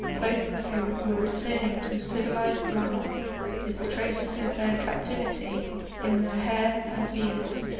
both of whom were returning to a civilised land with the traces of their captivity in their hair and beards,